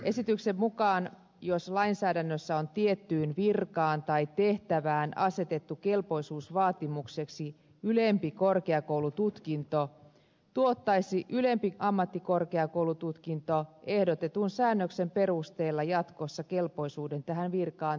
esityksen mukaan jos lainsäädännössä on tiettyyn virkaan tai tehtävään asetettu kelpoisuusvaatimukseksi ylempi korkeakoulututkinto tuottaisi ylempi ammattikorkeakoulututkinto ehdotetun säännöksen perusteella jatkossa kelpoisuuden tähän virkaan tai tehtävään